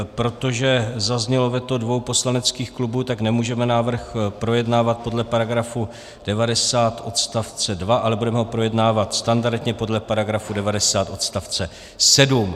Protože zaznělo veto dvou poslaneckých klubů, tak nemůžeme návrh projednávat podle § 90 odst. 2, ale budeme ho projednávat standardně podle § 90 odst. 7.